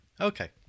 Okay